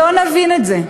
ואם לא נבין את זה,